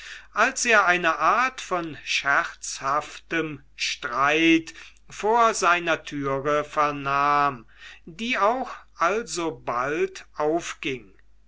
als er eine art von scherzhaftem streit vor seiner türe vernahm die auch alsobald aufging